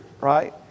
right